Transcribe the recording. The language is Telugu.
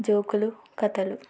జోకులు కథలు